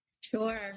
Sure